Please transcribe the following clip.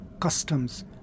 customs